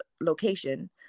location